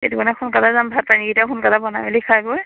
সেইটো কাৰণে সোনকালে যাম ভাত পানী কেইটাও সোনকালে বনাই মেলি খাই বৈ